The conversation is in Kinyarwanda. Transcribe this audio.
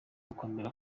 gukomera